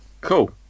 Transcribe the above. cool